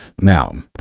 Now